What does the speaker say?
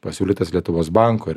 pasiūlytas lietuvos banko ir